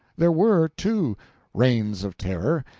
there were two reigns of terror,